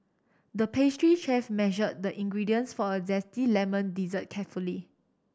the pastry chef measured the ingredients for a zesty lemon dessert carefully